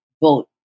vote